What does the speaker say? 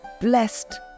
blessed